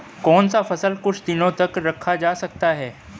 कौन सा फल कुछ दिनों तक रखा जा सकता है?